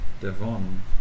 Devon